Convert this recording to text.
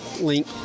link